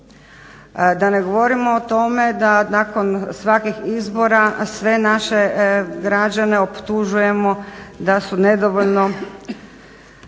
Da ne govorimo o tome da nakon svakih izbora sve naše građane optužujemo da su nedovoljno